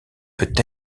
peut